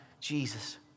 Jesus